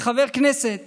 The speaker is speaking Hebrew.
כחבר כנסת